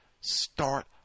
start